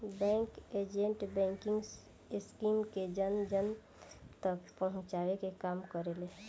bank agent banking scheme के जन जन तक पहुंचावे के काम करेले